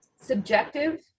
subjective